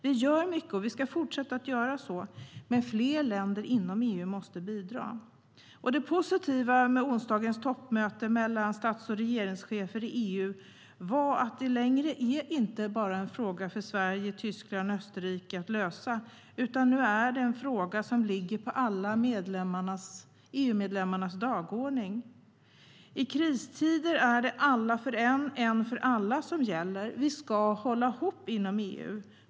Vi gör mycket, och vi ska fortsätta att göra så. Men fler länder inom EU måste bidra. Det positiva med onsdagens toppmöte mellan stats och regeringschefer i EU var att detta inte längre bara är en fråga för Sverige, Tyskland och Österrike att lösa. Nu är det en fråga som ligger på alla EU-medlemmars dagordning. I kristider är det alla för en och en för alla som gäller. Vi ska hålla ihop inom EU.